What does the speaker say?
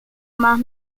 más